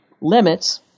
limits